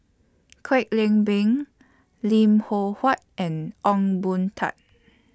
Kwek Leng Beng Lim Loh Huat and Ong Boon Tat